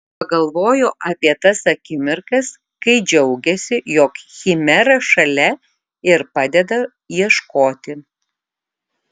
pagalvojo apie tas akimirkas kai džiaugėsi jog chimera šalia ir padeda ieškoti